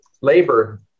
labor